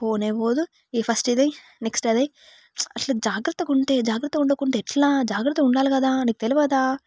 పోనే పోదు ఇది ఫస్ట్ ఇది వేయ్యి నెక్స్ట్ అది వేయ్యి అట్లా జాగ్రత్తగా ఉంటే జాగ్రత్తగా ఉండుకుంటే ఎట్లా జాగ్రత్తగా ఉండాలి కదా నీకు తెలియదా